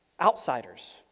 outsiders